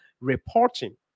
reporting